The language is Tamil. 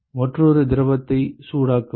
மற்றொரு திரவத்தை சூடாக்கவும்